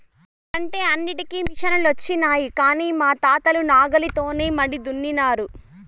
ఇప్పుడంటే అన్నింటికీ మిసనులొచ్చినాయి కానీ మా తాతలు నాగలితోనే మడి దున్నినారు